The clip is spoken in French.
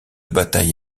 bataille